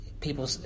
people